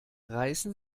reißen